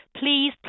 please